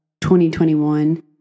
2021